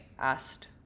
asked